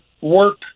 work